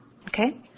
Okay